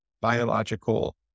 biological